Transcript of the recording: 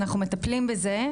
אנחנו מטפלים בזה.